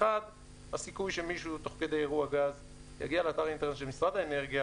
1. הסיכוי שמישהו תוך כדי אירוע גז יגיע לאתר אינטרנט של משרד האנרגיה,